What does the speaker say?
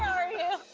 are you?